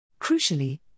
Crucially